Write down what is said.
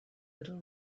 little